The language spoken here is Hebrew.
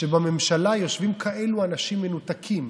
שבממשלה, יושבים כאלה אנשים מנותקים?